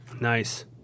nice